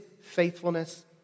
faithfulness